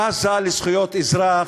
היא בזה לזכויות אזרח,